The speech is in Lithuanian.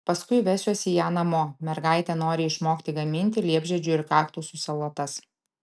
paskui vesiuosi ją namo mergaitė nori išmokti gaminti liepžiedžių ir kaktusų salotas